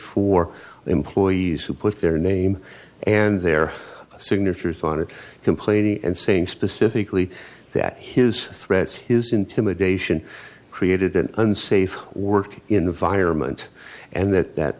four employees who put their name and their signatures on it complaining and saying specifically that his threats his intimidation created an unsafe working environment and that that